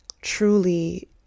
truly